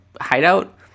hideout